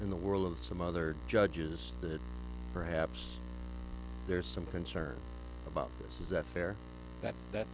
in the world of some other judges that perhaps there's some concern about this is that fair that's that